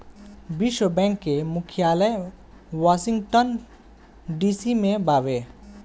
विश्व बैंक के मुख्यालय वॉशिंगटन डी.सी में बावे